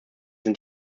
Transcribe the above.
sind